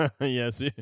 Yes